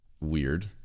weird